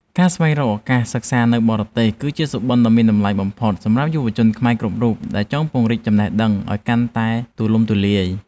ការស្វែងរកឱកាសសិក្សានៅបរទេស គឺជាសុបិនដ៏មានតម្លៃបំផុតសម្រាប់យុវជនខ្មែរគ្រប់រូបដែលចង់ពង្រីកចំណេះដឹងឱ្យកាន់តែ ទូលំទូលាយ។